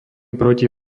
proti